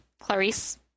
Clarice